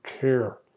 care